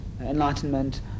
enlightenment